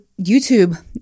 YouTube